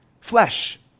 flesh